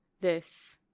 This